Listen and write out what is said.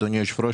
אדוני היושב-ראש,